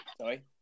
Sorry